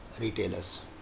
retailers